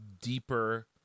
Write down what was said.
deeper